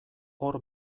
hor